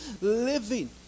living